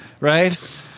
right